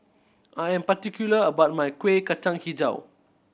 I am particular about my Kueh Kacang Hijau